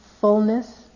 fullness